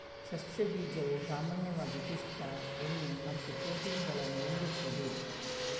ಸಸ್ಯ ಬೀಜವು ಸಾಮಾನ್ಯವಾಗಿ ಪಿಷ್ಟ, ಎಣ್ಣೆ ಮತ್ತು ಪ್ರೋಟೀನ್ ಗಳನ್ನ ಹೊಂದಿರ್ತದೆ